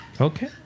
Okay